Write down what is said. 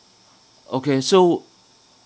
okay so